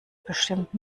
bestimmt